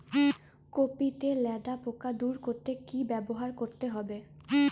Copy তে লেদা পোকা দূর করতে কি ব্যবহার করতে হবে?